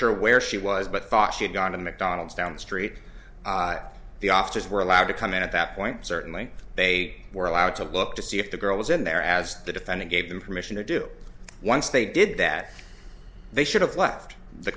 sure where she was but thought she'd gone to mcdonald's down the street the officers were allowed to come in at that point certainly they were allowed to look to see if the girl was in there as the defendant gave them permission to do once they did that they should have left the